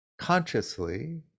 consciously